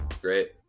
great